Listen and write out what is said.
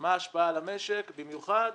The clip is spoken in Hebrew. מה ההשפעה על המשק, במיוחד